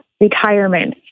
retirement